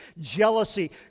jealousy